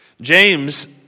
James